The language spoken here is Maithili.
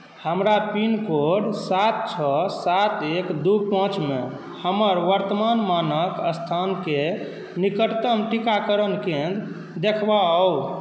हमरा पिनकोड सात छओ सात एक दू पाँचमे हमर वर्तमान मानक स्थानकेँ निकटतम टीकाकरण केन्द्र देखबाउ